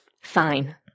Fine